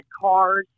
cars